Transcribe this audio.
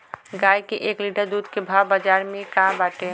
गाय के एक लीटर दूध के भाव बाजार में का बाटे?